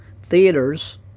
theaters